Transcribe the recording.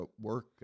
work